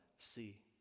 See